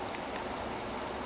whatever you wanna do